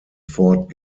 ford